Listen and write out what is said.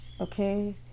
Okay